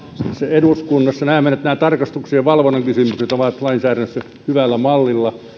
eduskunnassa näemme että nämä tarkastuksien valvonnan kysymykset ovat lainsäädännössä hyvällä mallilla